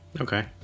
Okay